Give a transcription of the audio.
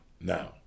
Now